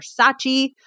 Versace